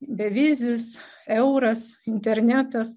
bevizis euras internetas